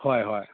ꯍꯣꯏ ꯍꯣꯏ